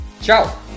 Ciao